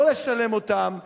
לא לשלם אותם,